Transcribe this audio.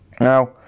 Now